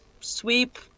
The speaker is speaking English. sweep